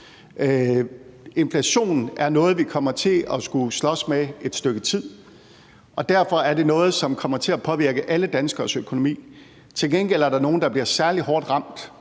Inflationen er noget, vi kommer til at skulle slås med et stykke tid, og derfor er det noget, som kommer til at påvirke alle danskeres økonomi. Til gengæld er der nogle, der bliver særlig hårdt ramt,